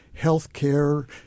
healthcare